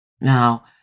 Now